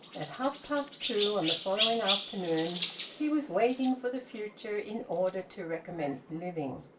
at half-past two on the following afternoon he was waiting for the future in order to recommence living.